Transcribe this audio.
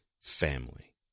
family